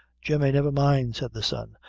jemmy, never mind, said the son,